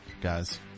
guys